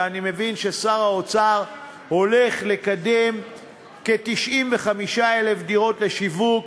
ואני מבין ששר האוצר הולך לקדם כ-95,000 דירות לשיווק.